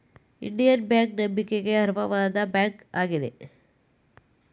Indian bank ನಂಬಿಕೆಗೆ ಅರ್ಹವಾದ bank ಆಗಿದೆ